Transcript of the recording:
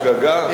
איזו שגגה?